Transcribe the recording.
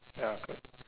ya